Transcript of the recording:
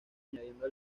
añadiendo